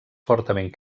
fortament